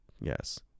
Yes